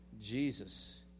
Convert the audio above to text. Jesus